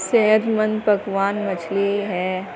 صحت مند پکوان مچھلی ہے